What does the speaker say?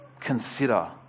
consider